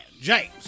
James